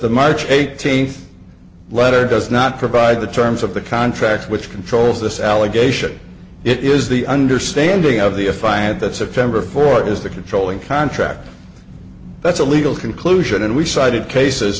the march eighteenth letter does not provide the terms of the contract which controls this allegation it is the understanding of the if i had that september fourth is the controlling contract that's a legal conclusion and we cited cases